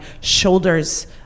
shoulders